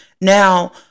now